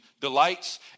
delights